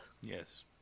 Yes